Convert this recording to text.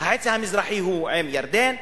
החצי המזרחי הוא בירדן,